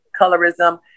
colorism